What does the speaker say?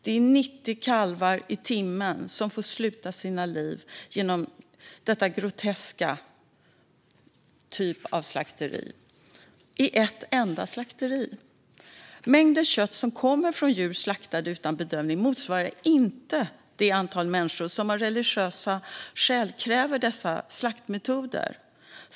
Det är 90 kalvar i timmen som får sluta sina liv genom denna groteska typ av slakt - i ett enda slakteri. Mängden kött som kommer från djur slaktade utan bedövning motsvarar inte det antal människor som av religiösa skäl kräver dessa slaktmetoder.